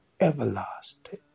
everlasting